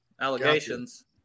allegations